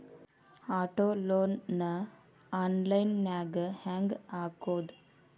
Auto loan ನ online ನ್ಯಾಗ್ ಹೆಂಗ್ ಹಾಕೊದು?